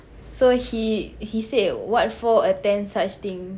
so he he said what for attend such thing